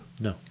No